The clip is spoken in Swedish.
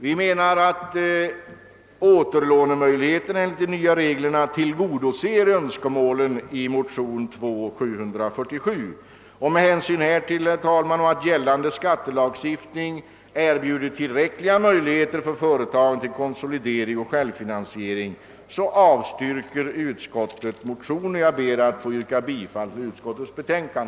Vi menar att återlånemöjligheterna enligt de nya reglerna tillgodoser önskemålen i motion II: 747. Med hänsyn härtill och till att gällande skattelagstiftning erbjuder tillräckliga möjligheter för företagen till konsolidering och självfinansiering avstyrker utskottet motionen. Jag ber att få yrka bifall till utskottets hemställan.